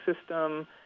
system